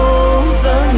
over